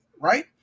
Right